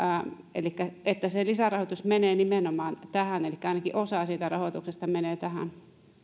elikkä että se lisärahoitus menee nimenomaan tähän ainakin osa siitä rahoituksesta menee tähän